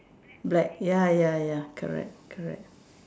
black ya ya ya correct correct